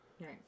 right